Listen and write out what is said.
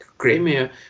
Crimea